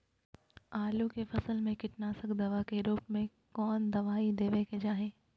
आलू के फसल में कीटनाशक दवा के रूप में कौन दवाई देवे के चाहि?